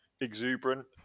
exuberant